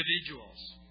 individuals